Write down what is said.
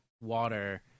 water